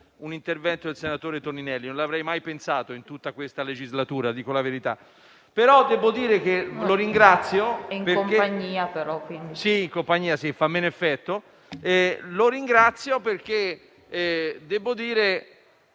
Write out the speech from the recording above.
un intervento del senatore Toninelli. Non avrei mai pensato di farlo in tutta questa legislatura, e dico la verità.